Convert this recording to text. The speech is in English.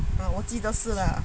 uh 我记得是 lah